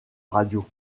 radio